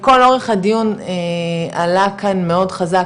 לכל אורך הדיון עלה כאן מאוד חזק